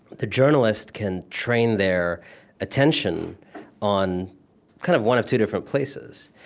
the journalists can train their attention on kind of one of two different places.